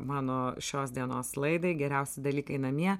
mano šios dienos laidai geriausi dalykai namie